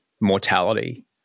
mortality